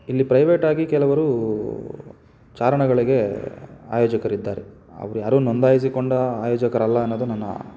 ಇಲ್ಲಿ ಪ್ರೈವೇಟಾಗಿ ಕೆಲವರು ಚಾರಣಗಳಿಗೆ ಆಯೋಜಕರಿದ್ದಾರೆ ಅವ್ರು ಯಾರೂ ನೋಂದಾಯಿಸಿಕೊಂಡ ಆಯೋಜಕರಲ್ಲ ಅನ್ನೋದು ನನ್ನ